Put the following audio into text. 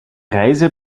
reise